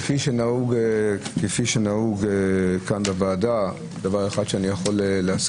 כפי שנהוג כאן בוועדה בקדנציה הזו דבר אחד שאני יכול להסכים,